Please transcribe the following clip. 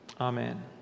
Amen